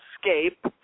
Escape